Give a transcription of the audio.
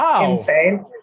insane